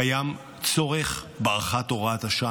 קיים צורך בהארכת הוראת השעה.